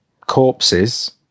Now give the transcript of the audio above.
corpses